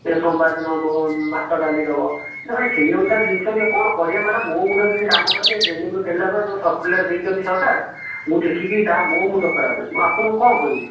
ଏ ସୋମବାର ଦିନ ଅମକ ଭାତ ଡାଲି ଦବ ଏ ଭାଇ ସେଇ ଅନୁସାରେ ଜିନିଷ ଦିଅ କଣ କରିବା ମ୍ୟାଡମ୍ ମୋ ମୁଣ୍ଡ କିଛି କାମ କରୁନି ଏ ଟ୍ରେନିଙ୍ଗରୁ ଫେରିଲା ପରେ ଯେଉଁ ସରକୁଲାର ଦେଇଛନ୍ତି ସରକାର ମୁଁ ଦେଖି କରି ମୋ ମୁଣ୍ଡ ଖରାପ ଆପଣଙ୍କୁ କଣ କହିବି